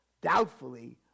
doubtfully